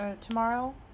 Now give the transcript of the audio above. tomorrow